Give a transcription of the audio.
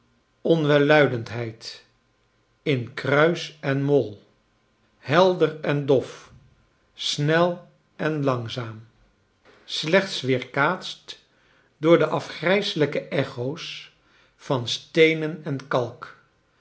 onwelluidendbeid in kruis en mol holder en dof snel en langzaam slechts weerkaatst door de afgrijselrjke echo's van steenen en kalk